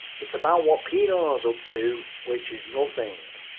it's about what pienaar's up to which is nothing.